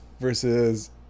versus